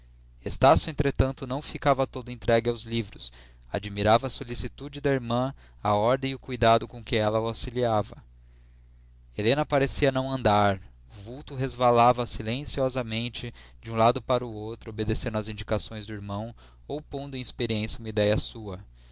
estácio entretanto não ficava todo entregue aos livros admirava a solicitude da irmã a ordem e o cuidado com que ela o auxiliava helena parecia não andar o vulto resvalava silenciosamente de um lado para outro obedecendo às indicações do irmão ou pondo em experiência uma idéia sua